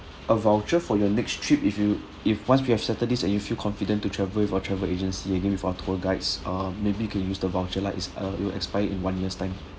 a voucher for your next trip if you if once we have settle this and you feel confident to travel with our travel agency and with tour guides um maybe you can use the voucher lah it's uh it will expire in one years' time